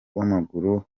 w’amaguru